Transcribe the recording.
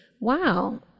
wow